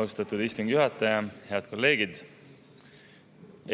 Austatud istungi juhataja! Head kolleegid!